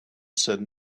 said